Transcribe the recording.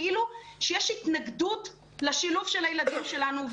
כאילו שיש התנגדות לשילוב של הילדים שלנו.